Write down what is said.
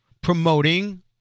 promoting